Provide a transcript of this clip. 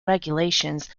regulations